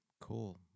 cool